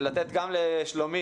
לתת גם לשלומי,